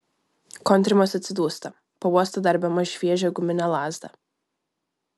kontrimas atsidūsta pauosto dar bemaž šviežią guminę lazdą